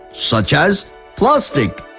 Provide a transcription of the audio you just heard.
such as plastic,